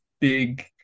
big